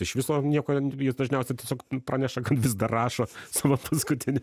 iš viso nieko jis dažniausiai tiesiog praneša kad vis dar rašo savo paskutinį